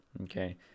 Okay